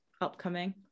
upcoming